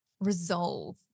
resolve